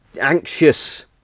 anxious